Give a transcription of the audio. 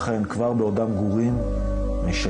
לאחר מכן, עד 14